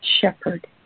shepherd